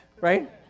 right